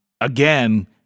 again